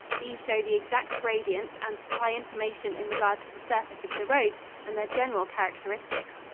these show the exact gradients and supply information in regard to the surface of the roads and their general characteristics.